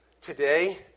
today